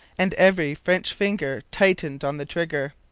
and every french finger tightened on the trigger.